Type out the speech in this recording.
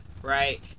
right